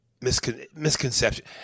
misconception